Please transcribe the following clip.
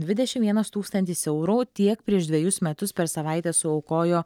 dvidešimt vienas tūkstantis eurų tiek prieš dvejus metus per savaitę suaukojo